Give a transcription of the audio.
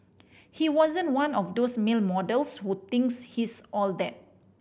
he wasn't one of those male models who thinks he's all that